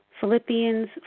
Philippians